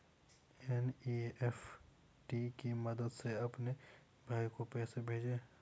NEFT की मदद से अपने भाई को पैसे भेजें